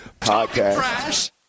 podcast